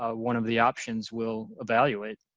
ah one of the options we'll evaluate.